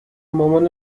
مامان